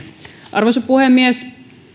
arvoisa puhemies